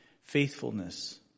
faithfulness